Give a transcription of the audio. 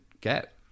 get